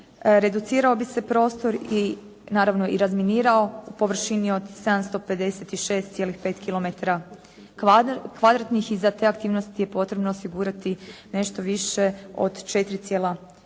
reducirao bi se prostor i naravno i razminirao u površini od 756,5 kilometara kvadratnih i za te aktivnosti je potrebno osigurati nešto više od 4,1